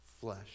flesh